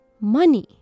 Money